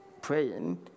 praying